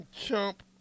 Chump